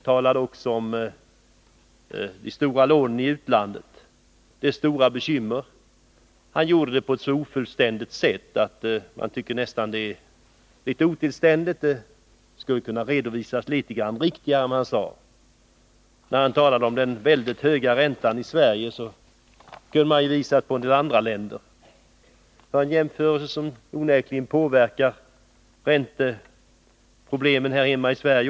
Han tog också upp frågan om de stora utlandslånen, som han betraktade som ett stort bekymmer. Men han gjorde det på ett ofullständigt, nästan otillständigt sätt. Hans redovisning kunde ha varit mer korrekt. När han talade om den höga räntan i Sverige, så borde han ha gjort jämförelser med ränteläget i andra länder. Det påverkar onekligen ränteproblematiken också i Sverige.